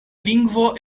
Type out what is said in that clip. lingvo